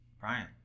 Brian